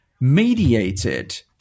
mediated